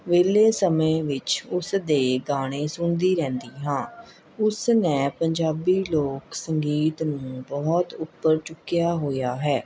ਵਿਹਲੇ ਸਮੇਂ ਵਿੱਚ ਉਸਦੇ ਗਾਣੇ ਸੁਣਦੀ ਰਹਿੰਦੀ ਹਾਂ ਉਸ ਨੇ ਪੰਜਾਬੀ ਲੋਕ ਸੰਗੀਤ ਨੂੰ ਬਹੁਤ ਉੱਪਰ ਚੁੱਕਿਆ ਹੋਇਆ ਹੈ